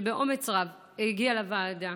שבאומץ רב היא הגיעה לוועדה,